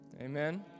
Amen